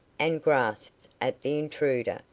and grasped at the intruder,